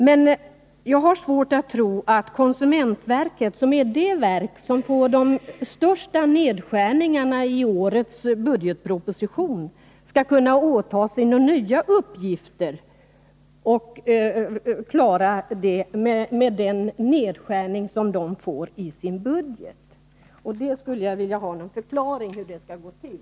Men jag har svårt att tro att konsumentverket, som är det verk som får de största nedskärningarna i årets budgetproposition, skall kunna klara några nya uppgifter. Jag skulle vilja ha någon förklaring till hur det skall gå till.